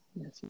Yes